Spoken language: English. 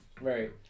Right